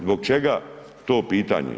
Zbog čega to pitanje?